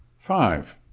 five.